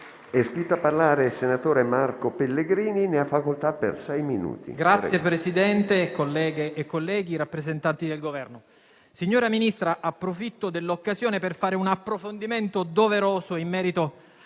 Signor Presidente, colleghe e colleghi, rappresentanti del Governo, signora Ministra, approfitto dell'occasione per fare un approfondimento doveroso in merito